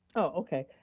oh okay.